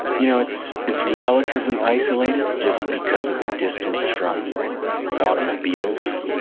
you know it's it's relatively isolated just because of the distance from automobiles,